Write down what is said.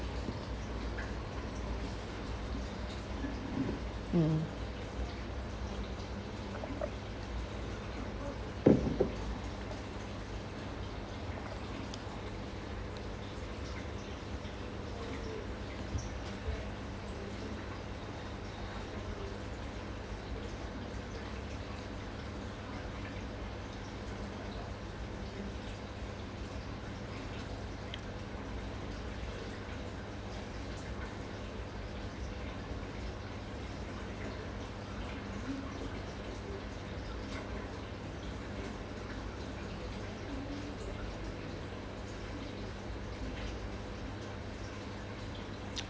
mmhmm